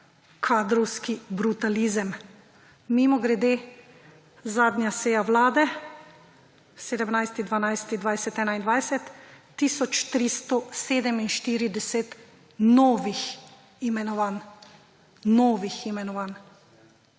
kadrovski brutalizem. Mimogrede, zadnja seja vlade 17. 12. 2021 – tisoč 347 novih imenovanj, novih imenovanj.